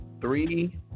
three